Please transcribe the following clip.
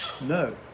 No